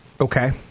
Okay